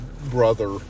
brother